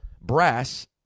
brass